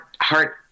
heart